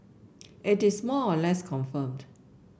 it is more or less confirmed